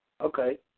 Okay